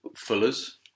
Fuller's